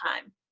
time